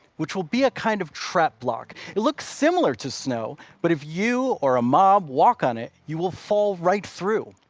which will be a kind of trap block. it looks similar to snow, but if you or a mob walk on, it you will fall right through.